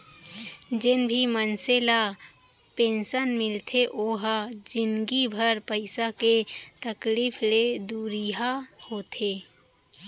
जेन भी मनसे ल पेंसन मिलथे ओ ह जिनगी भर पइसा के तकलीफ ले दुरिहा होथे